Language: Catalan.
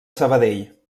sabadell